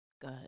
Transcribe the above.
good